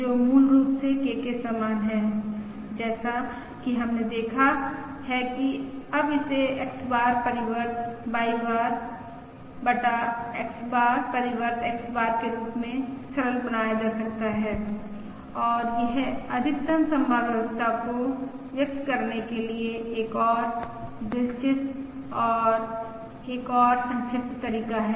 जो मूल रूप से K के समान है जैसा कि हमने देखा है कि अब इसे X बार परिवर्त Y बार बटा X बार परिवर्त X बार के रूप में सरल बनाया जा सकता है और यह अधिकतम संभाव्यता को व्यक्त करने के लिए एक और दिलचस्प या एक और संक्षिप्त तरीका है